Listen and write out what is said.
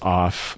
off